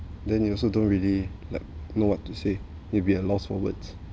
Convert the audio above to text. then you also don't really like know what to say maybe be a loss for words